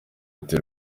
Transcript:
ati